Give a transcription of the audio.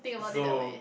so